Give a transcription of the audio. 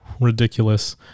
ridiculous